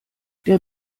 der